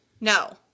No